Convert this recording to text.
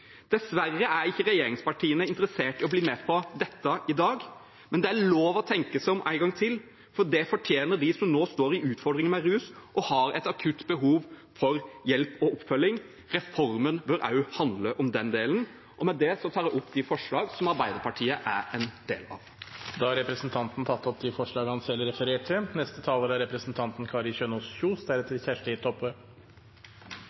Dessverre er ikke regjeringspartiene interessert i å bli med på dette i dag. Men det er lov å tenke seg om en gang til, for det fortjener de som nå står i utfordringer med rus og har et akutt behov for hjelp og oppfølging. Reformen bør også handle om den delen. Med det tar jeg opp de forslagene som Arbeiderpartiet er en del av. Da har representanten Tellef Inge Mørland tatt opp de forslagene han refererte